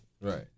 Right